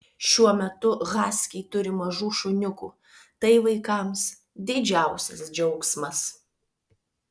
šiuo metu haskiai turi mažų šuniukų tai vaikams didžiausias džiaugsmas